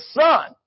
son